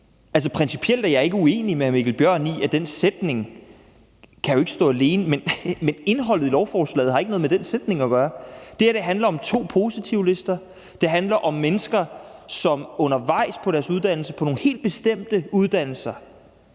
Principielt er jeg ikke uenig med hr. Mikkel Bjørn i, at den sætning jo ikke kan stå alene, men indholdet i lovforslaget har ikke noget med den sætning at gøre. Det her handler om to positivlister. Det handler om mennesker, som undervejs på nogle helt bestemte uddannelser,